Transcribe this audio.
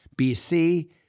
BC